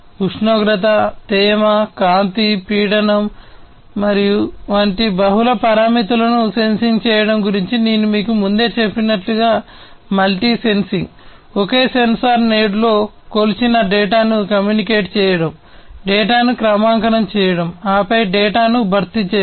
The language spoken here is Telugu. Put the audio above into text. ఉష్ణోగ్రత చేయడం ఆపై డేటాను భర్తీ చేయడం